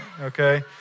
okay